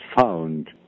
found